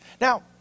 Now